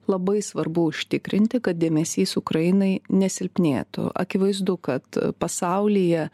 labai svarbu užtikrinti kad dėmesys ukrainai nesilpnėtų akivaizdu kad pasaulyje